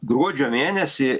gruodžio mėnesį